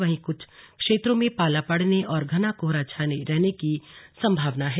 वहीं कुछ क्षेत्रों में पाला पड़ने और घना कोहरा छाने रहने की भी संभावना है